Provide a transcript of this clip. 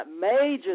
major